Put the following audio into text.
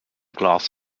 glass